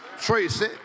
Tracy